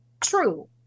true